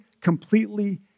completely